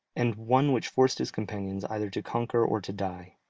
and one which forced his companions either to conquer or to die.